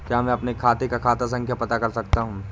क्या मैं अपने खाते का खाता संख्या पता कर सकता हूँ?